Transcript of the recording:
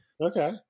Okay